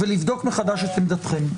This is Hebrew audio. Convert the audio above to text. ולבדוק מחדש את עמדתכם.